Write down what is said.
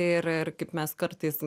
ir ir kaip mes kartais